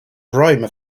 prima